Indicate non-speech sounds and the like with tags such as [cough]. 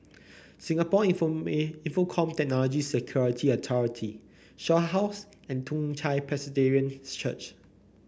Singapore [unintelligible] Infocomm Technology Security Authority Shaw House and Toong Chai [noise] Presbyterian Church